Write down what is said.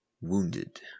Wounded